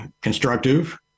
constructive